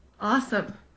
awesome